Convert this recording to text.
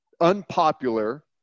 unpopular